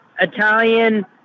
Italian